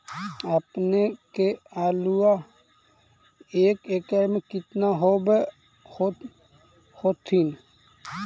अपने के आलुआ एक एकड़ मे कितना होब होत्थिन?